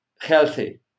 healthy